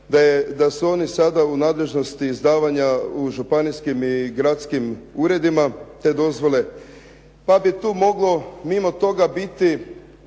da su oni sada u nadležnosti izdavanja u županijskim i gradskim uredima te dozvole, pa bi tu moglo mimo toga biti